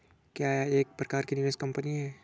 क्या यह एक प्रकार की निवेश कंपनी है?